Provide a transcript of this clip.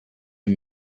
you